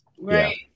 right